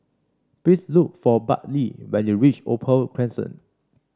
please look for Bartley when you reach Opal Crescent